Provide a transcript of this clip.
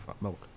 milk